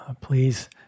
please